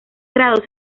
grado